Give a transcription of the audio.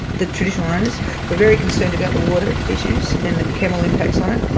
the traditional owners were very concerned about the water issues and the camel impacts on it,